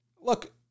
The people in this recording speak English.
Look